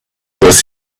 was